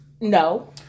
No